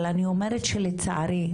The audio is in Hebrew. אבל אני אומרת שלצערי,